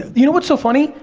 you know what's so funny,